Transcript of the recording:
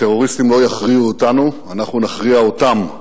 הטרוריסטים לא יכריעו אותנו, אנחנו נכריע אותם,